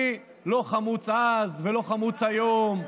אני לא חמוץ אז ולא חמוץ היום.